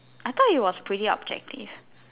I thought it was pretty objective